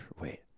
Wait